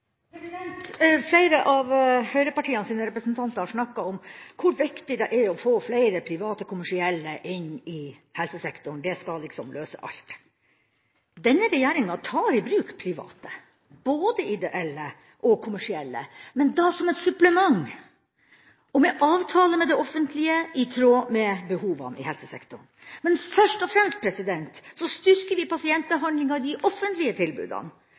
å få flere private kommersielle aktører inn i helsesektoren. Det skal liksom løse alt. Denne regjeringa tar i bruk private aktører, både ideelle og kommersielle, men da som et supplement og med avtale med det offentlige i tråd med behovene i helsesektoren. Men først og fremst styrker vi pasientbehandlinga i de offentlige tilbudene